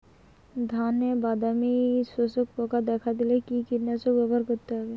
ধানে বাদামি শোষক পোকা দেখা দিলে কি কীটনাশক ব্যবহার করতে হবে?